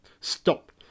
stop